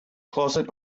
closet